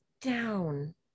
down